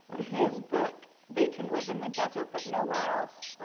his book, they can live in the desert but nowhere else,